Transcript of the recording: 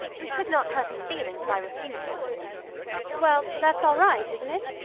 we could not hurt his feelings by refusing well, that's all right, isn't it?